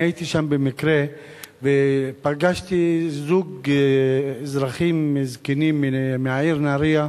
אני הייתי שם במקרה ופגשתי זוג אזרחים זקנים מהעיר נהרייה,